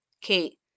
Kate